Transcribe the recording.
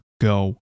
go